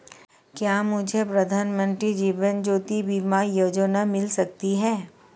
क्या मुझे प्रधानमंत्री जीवन ज्योति बीमा योजना मिल सकती है?